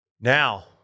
Now